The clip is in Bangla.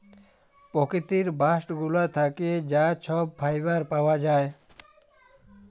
পকিতির বাস্ট গুলা থ্যাকে যা ছব ফাইবার পাউয়া যায়